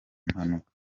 mpanuka